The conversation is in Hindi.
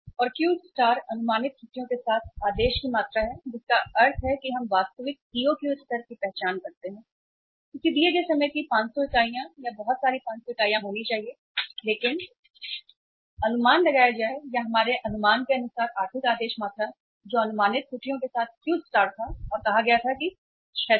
और Q स्टार अनुमानित त्रुटियों के साथ आदेश की मात्रा है जिसका अर्थ है कि हम वास्तविक EOQ स्तर की पहचान करते हैं किसी दिए गए समय की 500 इकाइयाँ या बहुत सारी 500 इकाइयाँ होनी चाहिए लेकिन अनुमान लगाया जाए या हमारे अनुमान के अनुसार आर्थिक आदेश मात्रा जो अनुमानित त्रुटियों के साथ Qस्टार था और कहा गया था कि 600